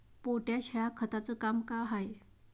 Potash या खताचं काम का हाय?